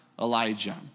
Elijah